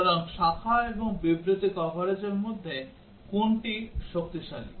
সুতরাং শাখা এবং বিবৃতি কভারেজের মধ্যে কোনটি শক্তিশালী